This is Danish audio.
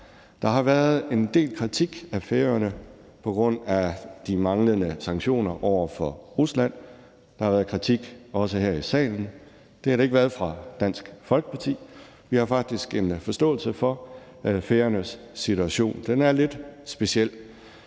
Der har været en del kritik af Færøerne på grund af de manglende sanktioner over for Rusland. Der har været kritik også her i salen. Det har der ikke været fra Dansk Folkeparti. Vi har faktisk en forståelse for Færøernes situation. Den er lidt speciel,